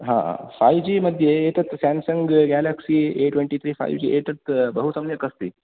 हा फ़ै जि मध्ये एतत् Samsung Galaxy A twenty three फ़ैजि एतत् बहु सम्यक् अस्ति